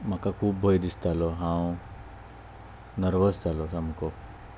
म्हाका खूब भंय दिसतालो हांव नर्वस जालो सामको